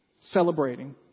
celebrating